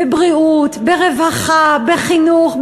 בבריאות, ברווחה, בחינוך.